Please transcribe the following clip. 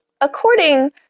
according